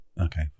Okay